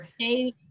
stay